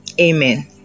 Amen